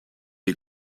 est